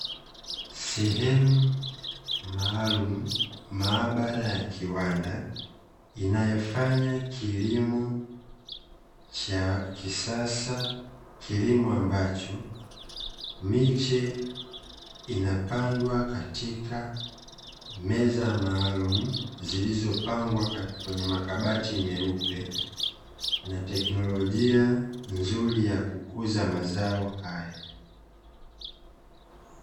Sehemu maalumu, maabara ya kiwanda inayofanya kilimo cha kisasa, kilimo ambacho miche inapandwa katika meza maalumu zilizopangwa kwenye makabati meupe na teknolojia nzuri ya kukuza mazao hayo.